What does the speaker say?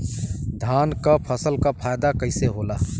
धान क फसल क फायदा कईसे होला?